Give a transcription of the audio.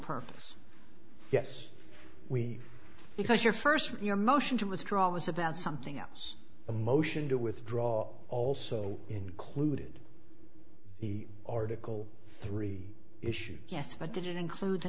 purpose yes we because your first your motion to withdraw was about something else a motion to withdraw also included the article three issues yes but didn't include the